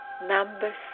number